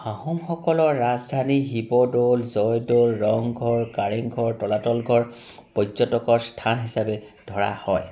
আহোমসকলৰ ৰাজধানী শিৱদৌল জয়দৌল ৰংঘৰ কাৰেংঘৰ তলাতল ঘৰ পৰ্যটকৰ স্থান হিচাপে ধৰা হয়